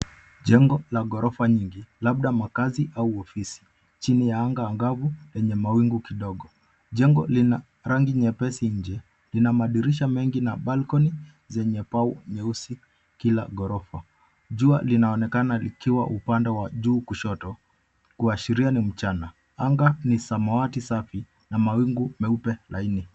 Jengo la ghorofa nyingi labda makazi au ofisi chini ya anga angavu yenye mawingu kidogo. Jengo lina rangi nyepesi nje lina madirisha mengi na balcony zenye pau nyeusi kila ghorofa. Jua linaonekana likiwa upande wa juu kushoto, kuashiria ni mchana. Anga ni samawati safi na mawingu meupe laini.